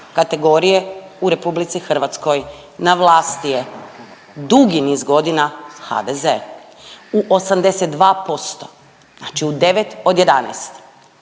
kategorije u RH na vlasti je dugi niz godina HDZ, u 82%, znači u 9 od 11.